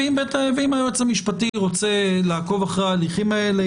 ואם היועץ המשפטי רוצה לעקוב אחרי ההליכים האלה,